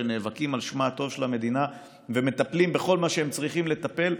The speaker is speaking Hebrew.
שנאבקים על שמה הטוב של המדינה ומטפלים בכל מה שהם צריכים לטפל,